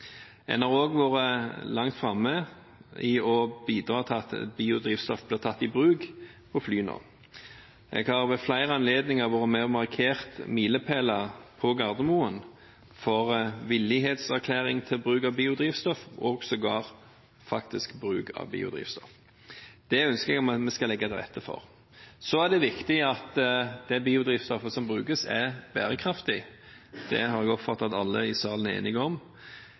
En har også vært langt framme i å bidra til at biodrivstoff blir tatt i bruk på flyene. Jeg har ved flere anledninger vært med og markert milepæler på Gardermoen, for villighetserklæring til bruk av biodrivstoff og sågar faktisk bruk av biodrivstoff. Det ønsker jeg at vi skal legge til rette for. Det er viktig at det biodrivstoffet som brukes, er bærekraftig. Det har jeg oppfattet at alle i salen er enige om.